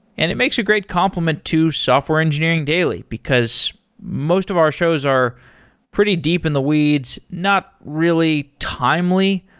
and it makes a great compliment to software engineering daily, because most of our shows are pretty deep in the weeds, not really timely.